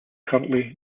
currently